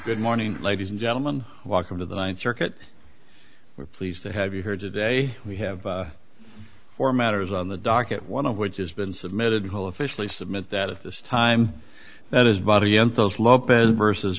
good morning ladies and gentlemen welcome to the th circuit we're pleased to have you heard today we have four matters on the docket one of which is been submitted whole officially submit that at this time that is